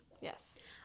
Yes